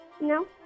No